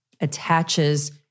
attaches